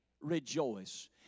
rejoice